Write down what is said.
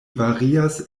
varias